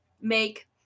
make